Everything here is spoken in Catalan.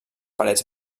parets